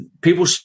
People